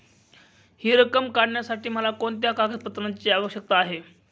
हि रक्कम काढण्यासाठी मला कोणत्या कागदपत्रांची आवश्यकता आहे?